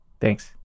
Thanks